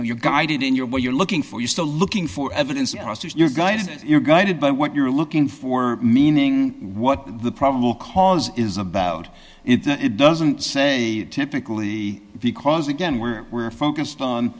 know you're guided in your way you're looking for you still looking for evidence your guy is your guided by what you're looking for meaning what the probable cause is about it doesn't say typically because again we're we're focused on